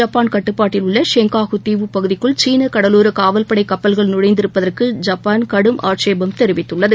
Japan கட்டுப்பாட்டில் உள்ள Senkaku தீவுப்பகுதிக்குள் சீன கடலோரக் காவல்படை கப்பல்கள் நுழைந்திருப்பதற்கு ஜப்பான் கடும் ஆட்சேபம் தெரிவித்துள்ளது